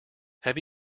have